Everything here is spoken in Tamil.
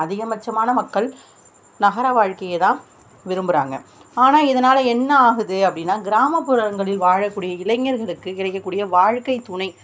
அதிகப்பட்சமான மக்கள் நகர வாழ்க்கையத்தான் விருப்புகிறாங்க ஆனால் இதனால் என்ன ஆகுது அப்படின்னா கிராமப்புறங்களில் வாழக்கூடிய இளைஞர்களுக்கு கிடைக்கக்கூடிய வாழ்க்கை துணை